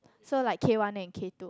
so like K one and K two